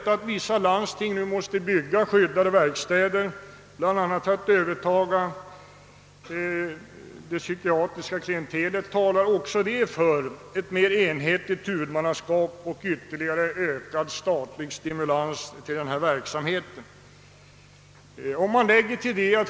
Att vissa landsting nu måste bygga skyddade verkstäder i samband med övertagandet av den psykiatriska sjukvården, talar också för ett mera enhetligt huvudmannaskap och ytterligare ökad statlig stimulans till denna verksamhet.